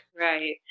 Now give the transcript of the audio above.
Right